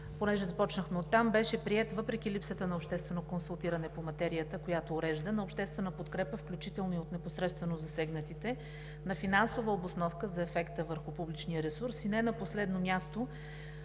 понеже започнахме оттам, беше приет, въпреки липсата на обществено консултиране по материята, която урежда; на обществена подкрепа, включително и от непосредствено засегнатите; на финансова обосновка за ефекта върху публичния ресурс и, не на последно място,